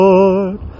Lord